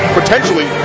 potentially